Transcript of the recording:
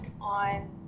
on